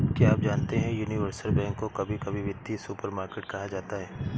क्या आप जानते है यूनिवर्सल बैंक को कभी कभी वित्तीय सुपरमार्केट कहा जाता है?